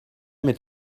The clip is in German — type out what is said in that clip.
mit